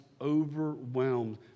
overwhelmed